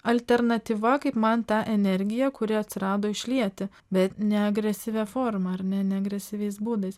alternatyva kaip man tą energiją kuri atsirado išlieti bet neagresyvia forma ar ne neagresyviais būdais